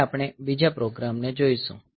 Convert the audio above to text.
હવે આપણે બીજા પ્રોગ્રામને જોઈશું